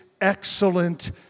excellent